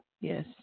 Yes